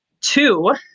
two